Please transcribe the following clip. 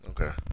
Okay